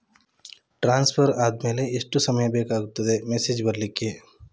Transfer ಆದ್ಮೇಲೆ ಎಷ್ಟು ಸಮಯ ಬೇಕಾಗುತ್ತದೆ ಮೆಸೇಜ್ ಬರ್ಲಿಕ್ಕೆ?